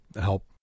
help